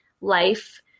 life